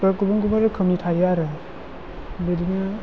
गुबुन गुबुन रोखोमनि थायो आरो बिदिनो